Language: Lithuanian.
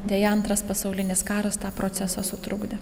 deja antras pasaulinis karas tą procesą sutrukdė